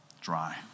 dry